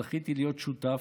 זכיתי להיות שותף,